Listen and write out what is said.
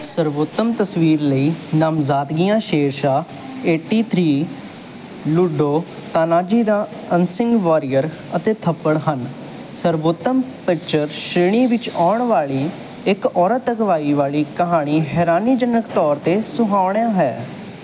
ਸਰਵੋਤਮ ਤਸਵੀਰ ਲਈ ਨਾਮਜ਼ਦਗੀਆਂ Shershaah eighty three Ludo Tanhaji ਦਾ ਅਨਸੰਗ ਵਾਰੀਅਰ ਅਤੇ ਥੱਪੜ ਹਨ ਸਰਵੋਤਮ ਪਿਕਚਰ ਸ਼੍ਰੇਣੀ ਵਿੱਚ ਆਉਣ ਵਾਲੀ ਇੱਕ ਔਰਤ ਅਗਵਾਈ ਵਾਲੀ ਕਹਾਣੀ ਹੈਰਾਨੀਜਨਕ ਤੌਰ 'ਤੇ ਸੁਹਾਵਣਾ ਹੈ